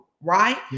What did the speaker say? Right